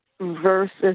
versus